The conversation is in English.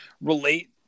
relate